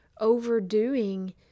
overdoing